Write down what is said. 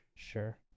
Sure